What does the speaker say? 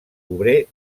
obrer